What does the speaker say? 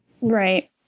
Right